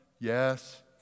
yes